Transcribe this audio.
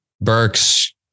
Burks